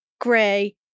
gray